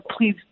please